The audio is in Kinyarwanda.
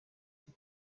ibyo